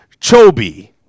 Chobi